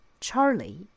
Charlie